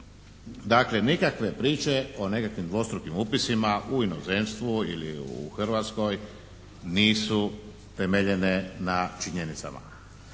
Dakle nikakve priče o nekakvim dvostrukim upisima u inozemstvu ili u Hrvatskoj nisu temeljene na činjenicama.